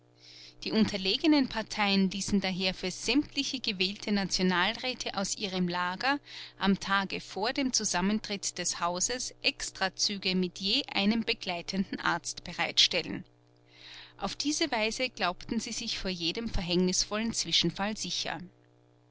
die unterlegenen parteien ließen daher für sämtliche gewählte nationalräte aus ihrem lager am tage vor dem zusammentritt des hauses extrazüge mit je einem begleitenden arzt bereitstellen auf diese weise glaubten sie sich vor jedem verhängnisvollen zwischenfall sicher